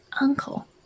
Uncle